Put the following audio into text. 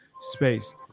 space